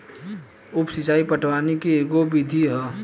उप सिचाई पटवनी के एगो विधि ह